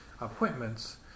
appointments